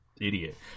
idiot